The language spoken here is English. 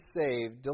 saved